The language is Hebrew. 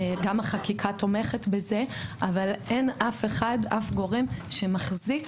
גם החקיקה תומכת בזה אבל אין אף גורם שמחזיק